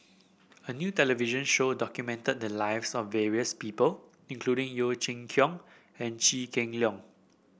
a new television show documented the lives of various people including Yeo Chee Kiong and Kheng Long